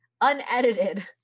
unedited